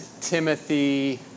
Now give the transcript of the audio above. Timothy